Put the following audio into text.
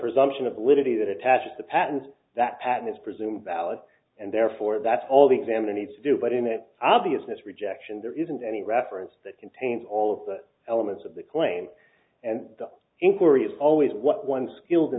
presumption of liberty that attaches the patents that patents presumed valid and therefore that's all the examiner needs to do but in that obviousness rejection there isn't any reference that contains all of that elements of the claim and the inquiry is always what one skilled in